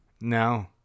no